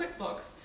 QuickBooks